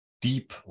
deep